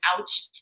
ouch